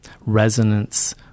resonance